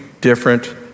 different